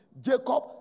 Jacob